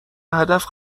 هدف